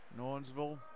Nornsville